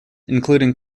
including